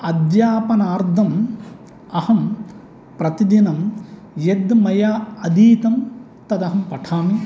अध्यापनार्थम् अहं प्रतिदिनं यद् मया अधीतं तद् अहं पठामि